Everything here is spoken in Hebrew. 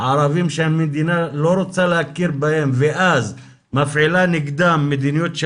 הערבים שהמדינה לא רוצה להכיר בהם ואז מפעילה נגדם מדיניות של